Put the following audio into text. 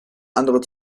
andere